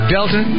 Delta